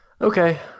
Okay